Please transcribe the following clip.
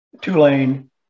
Tulane